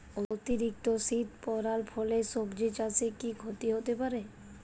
অতিরিক্ত শীত পরার ফলে সবজি চাষে কি ক্ষতি হতে পারে?